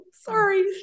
sorry